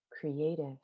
creative